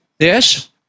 Yes